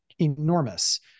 enormous